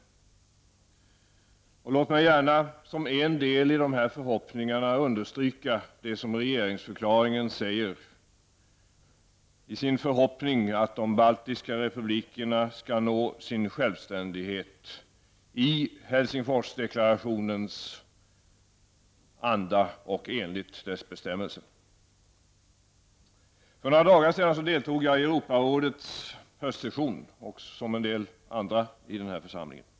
Låt mig gärna när det gäller förhoppningarna understryka vad som framgår av regeringsdeklarationen: förhoppningen att de baltiska republikerna skall nå självständighet i Helsingforsdeklarationens anda och enligt dess bestämmelser. För några dagar sedan deltog jag i Europarådets höstsession, liksom en del andra i denna församling.